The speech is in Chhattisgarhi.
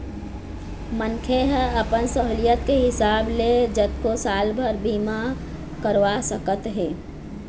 मनखे ह अपन सहुलियत के हिसाब ले जतको साल बर बीमा करवा सकत हे